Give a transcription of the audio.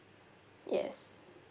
yes